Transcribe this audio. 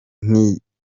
y’inzibacyuho